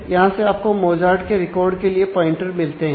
यहां से आपको मोजार्ट के रिकॉर्ड के लिए प्वाइंटर मिलते हैं